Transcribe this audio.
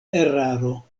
eraro